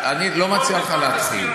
אני לא מציע לך להתחיל.